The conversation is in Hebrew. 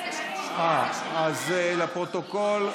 לפרוטוקול,